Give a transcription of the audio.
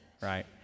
right